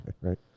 right